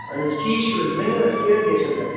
اَہن حظ ٹھیٖک چھُو حظ ؤنِو حظ کیٛاہ حظ گژھیو تۄہہِ